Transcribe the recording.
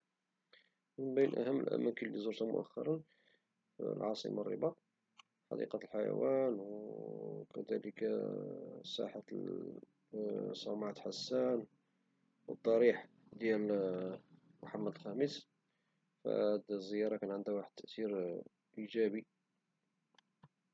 من بين أهم الأماكن لي زرتها مؤخرا هي العاصمة الرباط ، حديقة الحيوانات وكذلك ساحة صومعة حسان والضريح ديال محمد الخامس، وهد الزيارة كان عندها واحد التاثير إيجابي.